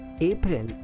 April